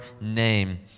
name